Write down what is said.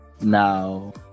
Now